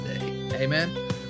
Amen